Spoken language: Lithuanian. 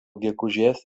gegužės